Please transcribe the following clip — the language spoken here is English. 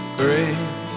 great